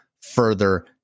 further